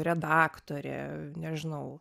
redaktorė nežinau